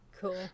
Cool